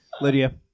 Lydia